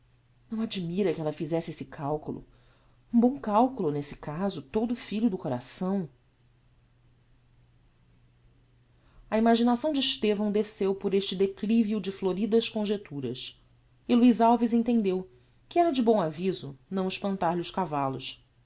não admira que ella fizesse esse calculo um bom calculo nesse caso todo filho do coração a imaginação de estevão desceu por este declivio de floridas conjecturas e luiz alves entendeu que era de bom aviso não espantar lhe os cavallos